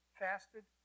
fasted